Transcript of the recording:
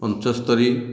ପଞ୍ଚସ୍ତୋରୀ